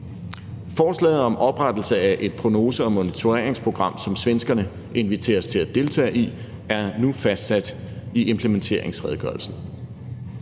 Forslaget om oprettelsen af et prognose- og monitoreringsprogram, som svenskerne inviteres til at deltage i, er nu fastsat i implementeringsredegørelsen.